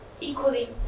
Equally